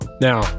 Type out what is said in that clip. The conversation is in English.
Now